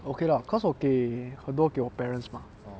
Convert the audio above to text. okay lah because 我给很多给我的 parents mah